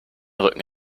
rücken